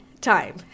time